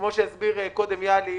כפי שהסביר קודם יהלי רוטנברג,